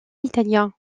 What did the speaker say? italien